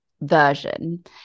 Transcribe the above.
version